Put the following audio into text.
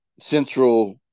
Central